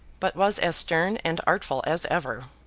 but was as stern and artful as ever.